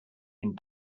den